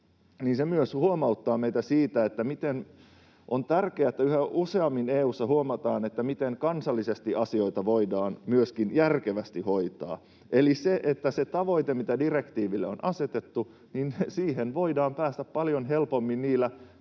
myös huomauttaa meitä siitä, miten on tärkeää, että yhä useammin EU:ssa huomataan, miten kansallisesti asioita voidaan myöskin järkevästi hoitaa. Eli siihen tavoitteeseen, mikä direktiiville on asetettu, voidaan päästä paljon helpommin niillä